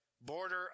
border